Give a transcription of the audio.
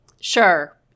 sure